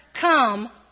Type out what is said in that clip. come